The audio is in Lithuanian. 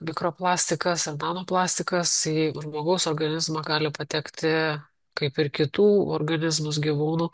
mikroplastikas ar nanoplastikas į žmogaus organizmą gali patekti kaip ir kitų organizmus gyvūnų